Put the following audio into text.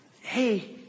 Hey